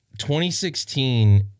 2016